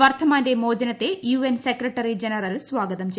വർധമാന്റെ മോചനത്തെ U N secretary general സ്വാഗതം ചെയ്തു